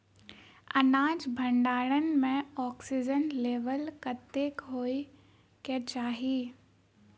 अनाज भण्डारण म ऑक्सीजन लेवल कतेक होइ कऽ चाहि?